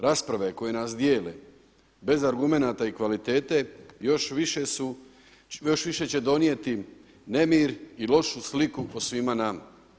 Rasprave koje nas dijele bez argumenata i kvalitete još više će donijeti nemir i lošu sliku o svima nama.